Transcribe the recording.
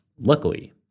Luckily